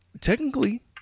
Technically